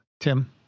Tim